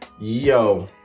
Yo